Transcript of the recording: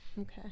okay